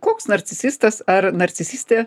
koks narcisitas ar narcisistė